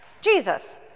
Jesus